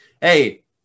hey